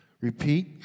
Repeat